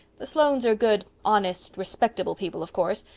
the sloanes are good, honest, respectable people, of course.